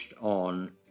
on